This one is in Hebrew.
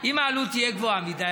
אם העלות תהיה גבוהה מדי,